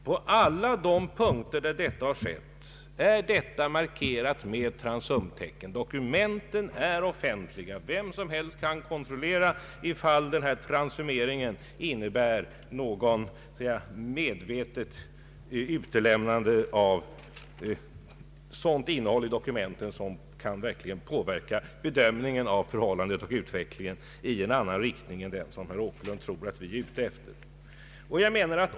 På alla de punkter där delar har utelämnats har detta markerats med transumttecken. Dokumenten är offentliga. Vem som helst kan kontrollera om transumeringen innebär något medvetet utelämnande av sådant innehåll i dokumenten som verkligen kan påverka bedömningen av förhållandena och utvecklingen i sådan riktning att människor gör en annan bedömning än den herr Åkerlund tror att vi eftersträvar.